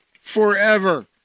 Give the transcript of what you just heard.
forever